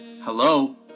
Hello